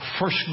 first